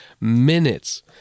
minutes